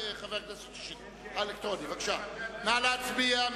נא להצביע.